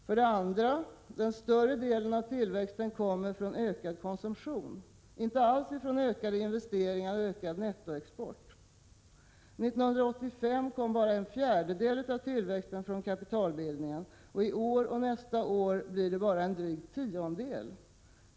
För det andra: Större delen av tillväxten kommer från ökad konsumtion, inte alls från ökade investeringar och ökad nettoexport. 1985 kom bara en fjärdedel av tillväxten från kapitalbildningen, och i år och nästa år blir det bara en dryg tiondel.